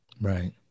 Right